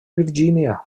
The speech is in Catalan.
virgínia